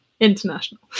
international